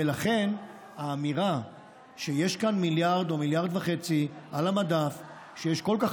ולכן האמירה שיש כאן 1 1.5 מיליארד על המדף שיש כל כך